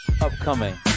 upcoming